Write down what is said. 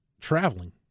traveling